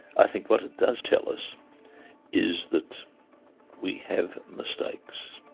i think what it does tell us is that we have mistakes.